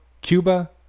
Cuba